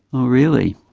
oh really?